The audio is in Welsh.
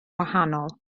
wahanol